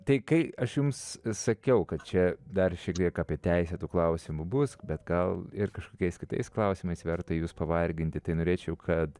tai kai aš jums sakiau kad čia dar šiek tiek apie teisę tų klausimų bus bet gal ir kažkokiais kitais klausimais verta jus pavarginti tai norėčiau kad